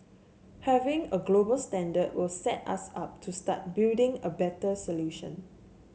having a global standard will set us up to start building a better solution